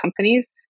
companies